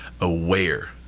aware